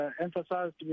emphasized